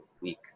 week